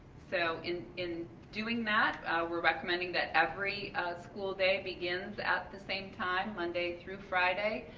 so, in in doing that we're recommending that every school day begins at the same time monday through friday,